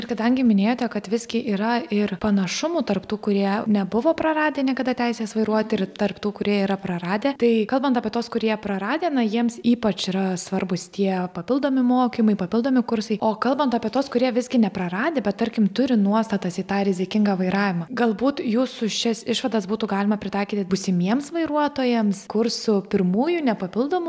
ir kadangi minėjote kad visgi yra ir panašumų tarp tų kurie nebuvo praradę niekada teisės vairuoti ir tarp tų kurie yra praradę tai kalbant apie tuos kurie praradę na jiems ypač yra svarbūs tie papildomi mokymai papildomi kursai o kalbant apie tuos kurie visgi nepraradę bet tarkim turi nuostatas į tą rizikingą vairavimą galbūt jūsų šias išvadas būtų galima pritaikyti būsimiems vairuotojams kursų pirmųjų ne papildomų